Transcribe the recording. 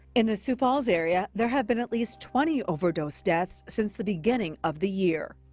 in the sioux falls area, there have been at least twenty overdose deaths since the beginning of the year.